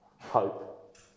hope